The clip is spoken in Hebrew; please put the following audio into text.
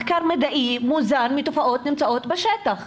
מחקר מדעי מוזן מתופעות שנמצאות בשטח.